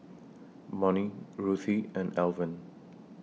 Monnie Ruthie and Alvin